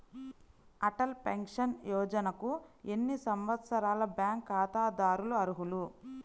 Atal pension యోజనకు ఎన్ని సంవత్సరాల బ్యాంక్ ఖాతాదారులు అర్హులు?